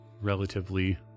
relatively